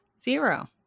zero